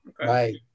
right